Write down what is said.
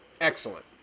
Excellent